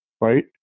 right